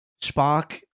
Spark